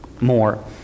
more